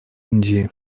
индии